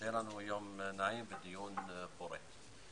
שיהיה לנו יום נעים ודיון פורה.